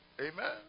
Amen